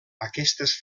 aquestes